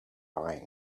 bind